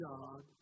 God